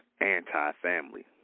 anti-family